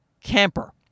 camper